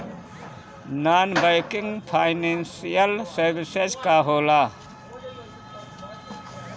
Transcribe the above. Non banking financial services का होला?